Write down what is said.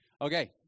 Okay